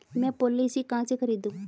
मैं पॉलिसी कहाँ से खरीदूं?